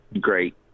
Great